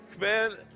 Man